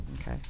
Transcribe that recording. Okay